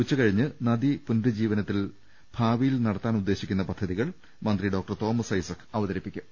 ഉച്ചകഴിഞ്ഞ് നദീപുനരു ജ്ജീവനത്തിൽ ഭാവിയിൽ നടത്താൻ ഉദ്ദേശിക്കുന്ന പദ്ധതികൾ മന്ത്രി ഡോക്ടർ തോമസ് ഐസക് അവതരിപ്പിക്കും